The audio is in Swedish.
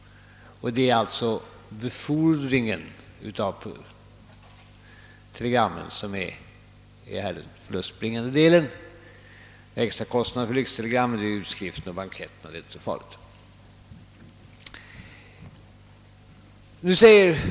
Befordringen av telegrammen är den förlustbringande faktorn. Extrakostnaden för lyxblankeiten, utskriften etc. är inte så stor.